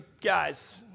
guys